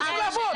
אז תלכו לעבוד.